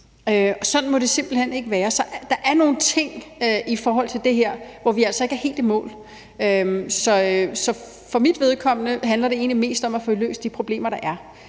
sådan må det simpelt hen ikke være. Så der er nogle ting i forhold til det her, hvor vi altså ikke er helt i mål. For mit vedkommende handler det egentlig mest om at få løst de problemer, der er.